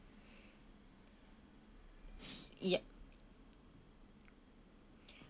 yup